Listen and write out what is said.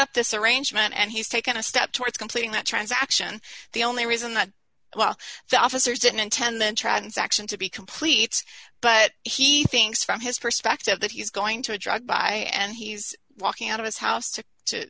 up this arrangement and he's taken a step towards completing that transaction the only reason that well the officers didn't intend that transaction to be complete but he thinks from his perspective that he's going to a drug buy and he's walking out of his house to to